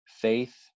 Faith